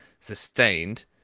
sustained